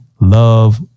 love